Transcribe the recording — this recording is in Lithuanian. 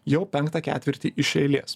jau penktą ketvirtį iš eilės